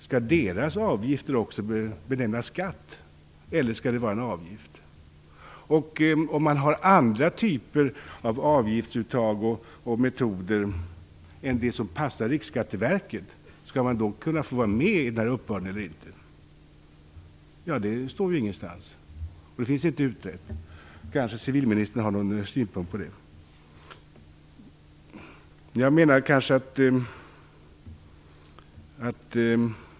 Skall deras avgifter också benämnas skatt, eller skall de benämnas avgift? Om man har andra typer av avgiftsuttag och metoder än det som passar Riksskatteverket, skall man då kunna få vara med i denna uppbörd eller inte? Det står inget om detta någonstans, och det finns inte utrett. Civilministern har kanske någon synpunkt på detta.